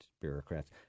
bureaucrats